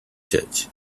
church